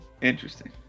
Interesting